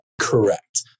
Correct